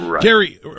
Gary